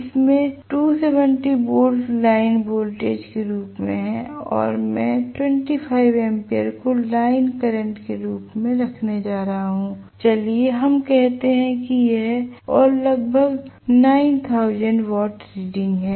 इसमें 270 volt line voltage के रूप में है और मैं 25 एम्पियर को लाइन करंट के रूप में रखने जा रहा हूं और लगभग 9000 वाट रीडिंग है